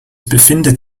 befindet